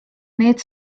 need